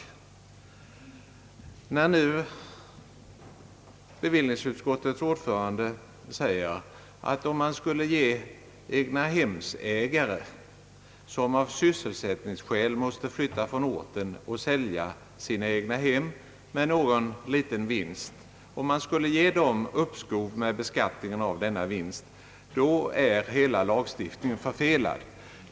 Bevillningsutskottets ordförande säger, att om man skulle ge uppskov med vinstbeskattningen åt de egnahemsägare, som av sysselsättningsskäl måste flytta från orten och sälja sina egnahem med någon liten vinst, är hela lagstiftningen förfelad.